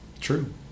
True